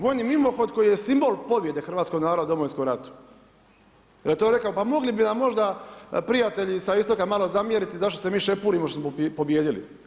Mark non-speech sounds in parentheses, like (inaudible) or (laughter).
Vojni mimohod koji je simbol pobjede hrvatskog naroda u Domovinskom ratu … (unintelligible) rekao pa mogli bi nam možda prijatelji sa istoka malo zamjeriti zašto se mi šepurimo što smo pobijedili.